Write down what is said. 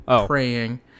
praying